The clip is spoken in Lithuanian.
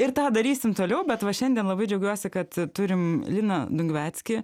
ir tą darysim toliau bet va šiandien labai džiaugiuosi kad turim liną dungveckį